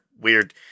weird